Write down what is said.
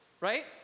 right